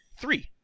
Three